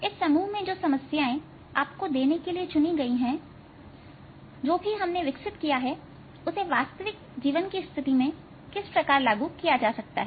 इसमें जो समस्याएं आपको देने के लिए चुनी गई हैं जो भी हमने विकसित किया है उसे वास्तविक जीवन की स्थिति में किस प्रकार लागू किया जा सकता है